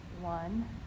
one